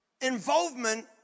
Involvement